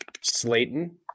Slayton